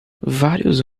vários